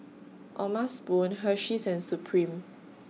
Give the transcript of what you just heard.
O'ma Spoon Hersheys and Supreme